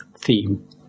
theme